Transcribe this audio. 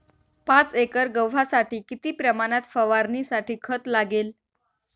पाच एकर गव्हासाठी किती प्रमाणात फवारणीसाठी खत लागेल?